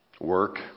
work